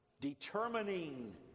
determining